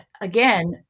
again